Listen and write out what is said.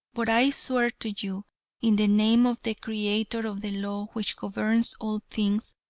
but i swear to you in the name of the creator of the law which governs all things,